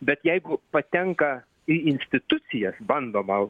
bet jeigu patenka į institucijas bandoma